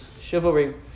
chivalry